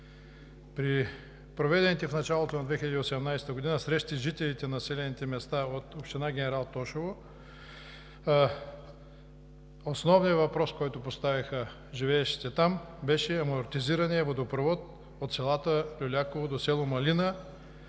При проведените в началото на 2018 г. срещи с жителите на населените места от община Генерал Тошево основният въпрос, който поставиха живеещите там, беше амортизираният водопровод от село Люляково до село Малина,